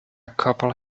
couple